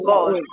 God